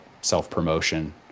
self-promotion